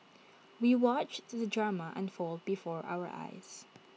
we watched the drama unfold before our eyes